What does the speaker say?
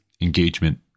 engagement